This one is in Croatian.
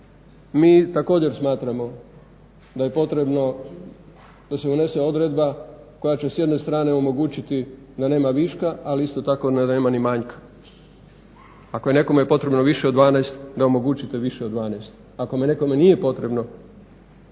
mi također smatramo da je potrebno da se unese odredba koja će s jedne strane omogućiti da nema viška ali isto tako da nema ni manjka. Ako je potrebno nekome više od 12 da omogućite više od 12 ako nekome nije potrebno